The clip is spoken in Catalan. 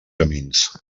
camins